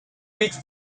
weeks